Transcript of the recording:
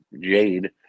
Jade